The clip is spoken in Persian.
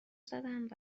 زدند